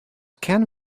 can